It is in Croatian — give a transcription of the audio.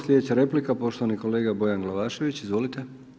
Slijedeća replika, poštovani kolega Bojan Glavašević, izvolite.